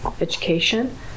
education